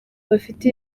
bafite